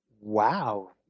wow